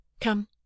Come